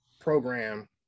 program